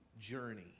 journey